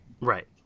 Right